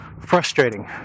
frustrating